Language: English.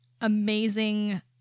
amazing